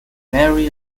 merry